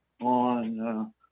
on